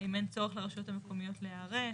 האם אין צורך לרשויות המקומיות להיערך.